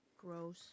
Gross